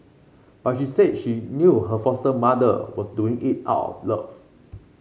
but she said she knew her foster mother was doing it out of love